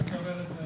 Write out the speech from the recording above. יש דוברת.